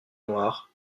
noires